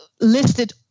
listed